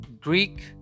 Greek